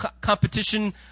competition